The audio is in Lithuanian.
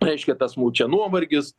reiškia tas čia nuovargis